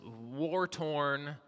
war-torn